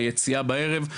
היציאה בערב,